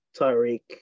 Tyreek